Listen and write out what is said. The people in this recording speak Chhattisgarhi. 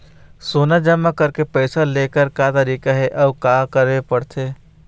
सोना जमा करके पैसा लेकर का तरीका हे अउ का करे पड़थे?